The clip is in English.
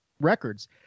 records